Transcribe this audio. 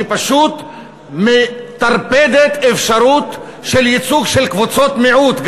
שפשוט מטרפדת אפשרות של ייצוג קבוצות מיעוט,